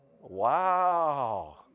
Wow